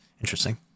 Interesting